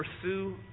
pursue